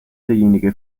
derjenige